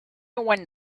went